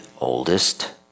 oldest